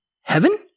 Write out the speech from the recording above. heaven